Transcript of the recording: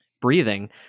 breathing